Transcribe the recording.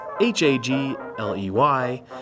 H-A-G-L-E-Y